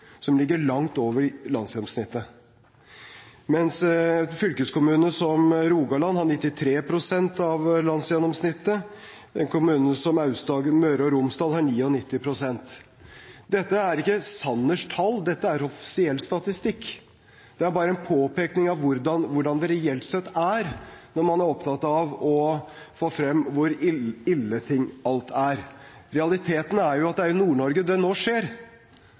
som ligger langt over landsgjennomsnittet. En fylkeskommune som Rogaland har 93 pst. av landsgjennomsnittet, og en fylkeskommune som Møre og Romsdal har 99 pst. Dette er ikke Sanners tall, dette er offisiell statistikk. Det er bare en påpekning av hvordan det reelt sett er når man er opptatt av å få frem hvor ille alt er. Realiteten er at det er i Nord-Norge det nå skjer.